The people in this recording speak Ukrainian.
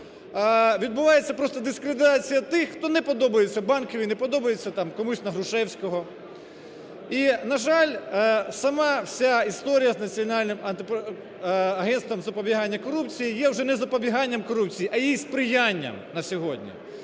відбувається просто дискредитація тих, хто не подобається Банковій, не подобається там комусь на Грушевського. І, на жаль, сама вся історія з Національним агентством із запобігання корупції є вже не запобіганням корупції, а її сприянням на сьогодні.